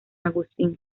agustín